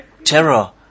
terror